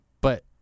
But-